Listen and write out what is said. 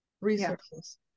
resources